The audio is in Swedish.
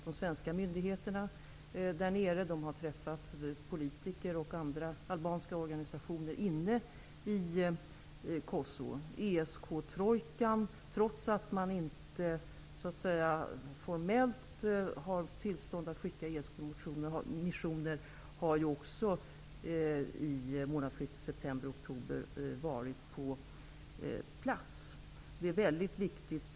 De svenska myndigheterna har varit där. De har träffat politiker och andra albanska organisationer inne i Kosovo. ESK-trojkan var också på plats i månadsskiftet september/oktober, detta trots att man formellt inte har tillstånd att skicka ESK-missioner.